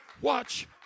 Watch